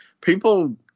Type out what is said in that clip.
People